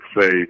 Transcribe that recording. say